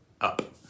up